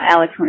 Alex